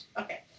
Okay